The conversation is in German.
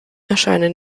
erscheinen